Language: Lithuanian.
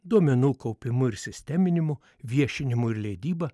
duomenų kaupimu ir sisteminimu viešinimu ir leidyba